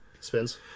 Spins